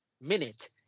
minute